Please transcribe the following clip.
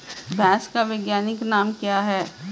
भैंस का वैज्ञानिक नाम क्या है?